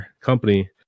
company